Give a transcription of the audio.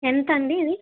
ఎంత అండి ఇది